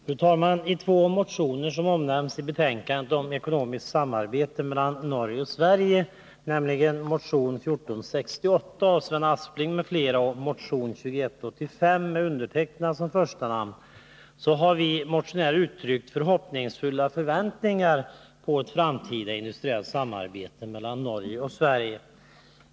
Fru talman! I två motioner som behandlas i betänkandet om ekonomiskt samarbete mellan Norge och Sverige, nämligen motion 1468 av Sven Aspling m.fl. och motion 2 185 med mig som första namn, har vi motionärer uttryckt förhoppningsfulla förväntningar på ett framtida industriellt samarbete mellan Norge och Sverige.